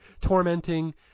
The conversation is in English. tormenting